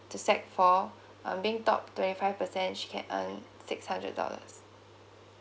to sec four um being top twenty five percent she can earn six hundred dollars